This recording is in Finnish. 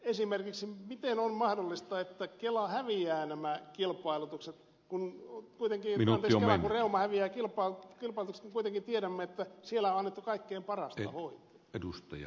esimerkiksi miten on mahdollista että reuma häviää nämä kilpailutukset kun on kuitenkin minun silmääni omaavia kilpaa voitosta kuitenkin tiedämme että siellä on annettu kaikkein parasta hoitoa